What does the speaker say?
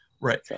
Right